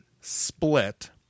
split